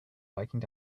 biking